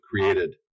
created